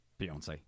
Beyonce